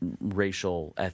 racial